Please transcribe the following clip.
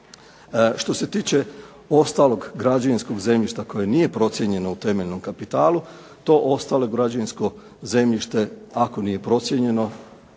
Što se tiče ostalog građevinskog zemljišta koje nije procijenjeno u temeljnom kapitalu, to ostalo građevinsko zemljište ako nije procijenjeno